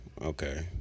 Okay